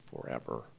forever